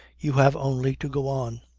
you have only to go on.